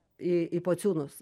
į į pociūnus